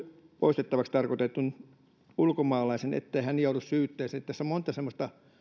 poistettavaksi tarkoitetun ulkomaalaisen ettei hän joudu syytteeseen tässä on monta semmoista